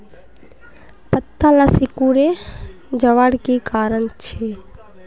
पत्ताला सिकुरे जवार की कारण छे?